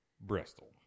Bristol